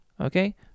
okay